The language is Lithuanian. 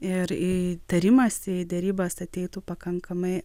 ir į tarimąsi į derybas ateitų pakankamai